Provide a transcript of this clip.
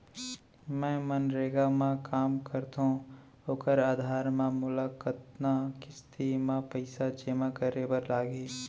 मैं मनरेगा म काम करथो, ओखर आधार म मोला कतना किस्ती म पइसा जेमा करे बर लागही?